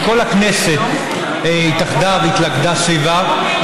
שכל הכנסת התאחדה והתלכדה סביבה,